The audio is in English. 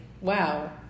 Wow